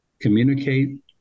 communicate